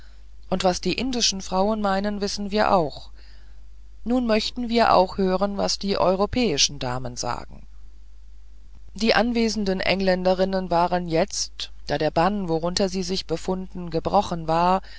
und was die indischen frauen meinen wissen wir auch nun möchten wir auch hören was die europäischen damen sagen die anwesenden engländerinnen waren jetzt da der bann worunter sie sich befunden gebrochen war